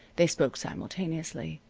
they spoke simultaneously.